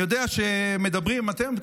אני יודע שאומרים: אתם,